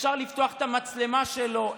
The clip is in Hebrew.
אפשר לפתוח את המצלמה שלו,